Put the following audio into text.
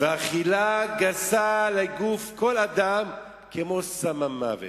"ואכילה גסה לגוף כל אדם כמו סם המוות".